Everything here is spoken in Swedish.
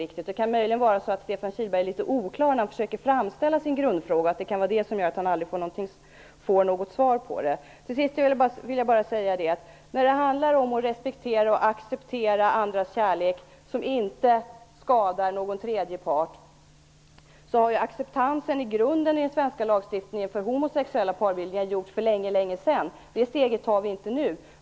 Möjligen kan det vara så att Stefan Kihlberg är litet oklar när han försöker framställa sin grundfråga, och att det gör att han aldrig får något svar på den. Till sist vill jag säga att när det handlar om att respektera och acceptera andras kärlek, och när det inte skadar någon tredje part, har acceptansen i grunden i den svenska lagstiftningen för homosexuella parbildningar gjorts för länge sedan; det steget tar vi inte nu.